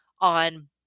on